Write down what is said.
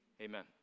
amen